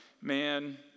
man